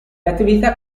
attività